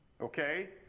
okay